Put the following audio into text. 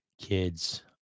kids